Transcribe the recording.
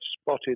spotted